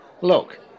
Look